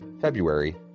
February